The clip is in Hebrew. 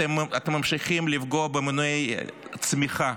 אתם ממשיכים לפגוע במנועי צמיחה,